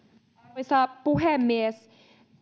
arvoisa puhemies